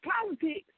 politics